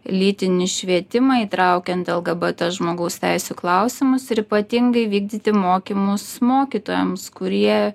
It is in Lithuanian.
lytinį švietimą įtraukiant lgbt žmogaus teisių klausimus ir ypatingai vykdyti mokymus mokytojams kurie